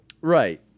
Right